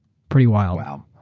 pretty wild. um